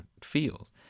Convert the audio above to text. feels